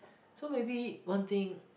so maybe one thing